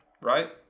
right